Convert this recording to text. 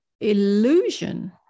illusion